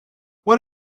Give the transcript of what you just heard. what